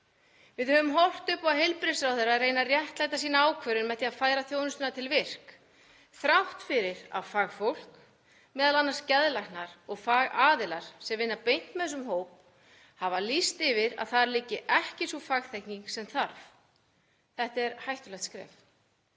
Við höfum horft upp á heilbrigðisráðherra reyna að réttlæta sína ákvörðun með því að færa þjónustuna til VIRK, þrátt fyrir að fagfólk, m.a. geðlæknar og fagaðilar sem vinna beint með þessum hópi, hafi lýst yfir að þar liggi ekki sú fagþekking sem þarf. Þetta er hættulegt skref.